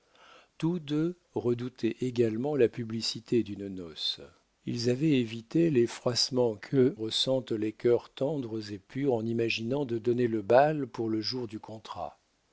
tous deux redoutaient également la publicité d'une noce ils avaient évité les froissements qu'y ressentent les cœurs tendres et purs en imaginant de donner le bal pour le jour du contrat